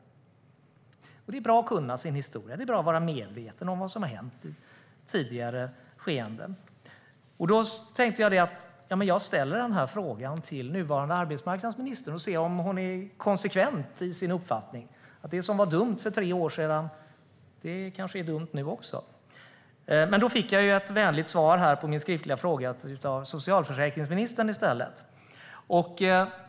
Det är bra att kunna sin historia och att vara medveten om vad som har hänt i tidigare skeenden. Därför tänkte jag att jag skulle ställa denna fråga till nuvarande arbetsmarknadsminister för att se om hon är konsekvent i sin uppfattning, alltså att det som var dumt för tre år sedan kanske är dumt nu också. Men då fick jag ett vänligt svar på min skriftliga fråga av socialförsäkringsministern i stället.